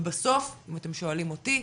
ובסוף, אם אתם שואלים אותי,